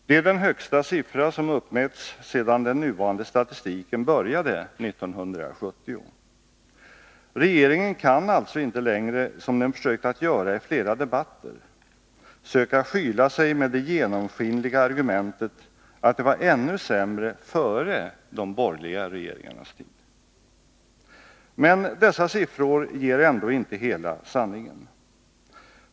Det är den högsta siffra som uppmätts sedan den nuvarande statistiken började 1970. Regeringen kan alltså inte längre, som den försökt att göra i flera debatter, söka skyla sig med det genomskinliga argumentet att det var ännu sämre före de borgerliga regeringarnas tid. Men dessa siffor ger ändå inte hela sanningen.